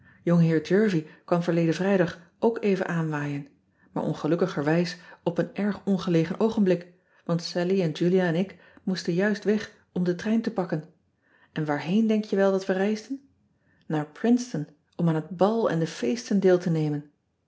ongeheer ervie kwam verleden rijdag ook even aan waaien maar on gelukkigerwijs op een erg ongelegen oogenblik want allie en ulia en ik moesten juist weg om den trein te pakken n waarheen denk je wel dat we reisden aar rinceton om aan het ean ebster adertje angbeen bal en de feesten deel te nemen